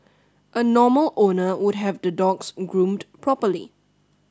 a normal owner would have the dogs groomed properly